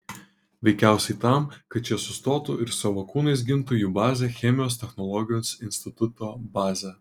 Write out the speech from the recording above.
veikiausiai tam kad šie sustotų ir savo kūnais gintų jų bazę chemijos technologijos instituto bazę